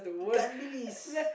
ikan-bilis